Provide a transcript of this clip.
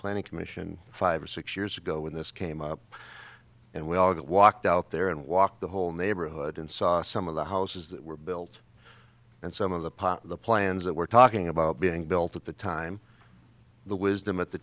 planning commission five or six years ago when this came up and we all got walked out there and walked the whole neighborhood and saw some of the houses that were built and some of the part of the plans that we're talking about being built at the time the wisdom at the